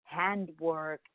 handworked